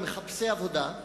מחפשי עבודה,